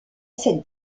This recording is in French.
cette